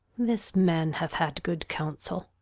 this man hath had good counsel!